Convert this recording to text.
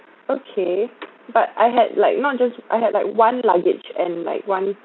okay but I had like not just I had like one luggage and like one